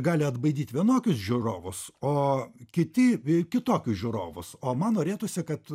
gali atbaidyt vienokius žiūrovus o kiti kitokius žiūrovus o man norėtųsi kad